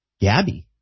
Gabby